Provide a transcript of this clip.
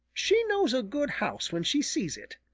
she knows a good house when she sees it.